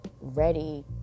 ready